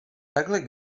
takhle